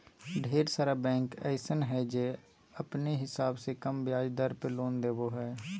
ढेर सारा बैंक अइसन हय जे अपने हिसाब से कम ब्याज दर पर लोन देबो हय